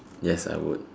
yes I would